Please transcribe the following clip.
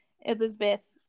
Elizabeth